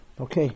Okay